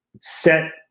set